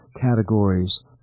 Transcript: categories